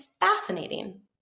fascinating